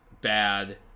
bad